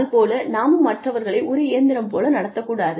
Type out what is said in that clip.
அது போல நாமும் மற்றவர்களை ஒரு இயந்திரம் போல நடத்தக்கூடாது